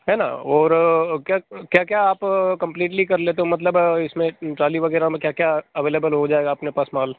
है ना और क्या क्या क्या आप कंपलीटली कर लेते हो मतलब इसमें ट्रॉली वगैरह में क्या क्या अवेलेबल हो जाएगा अपने पास माल